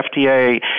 FDA